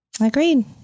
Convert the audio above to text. Agreed